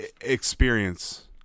experience